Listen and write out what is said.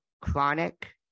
chronic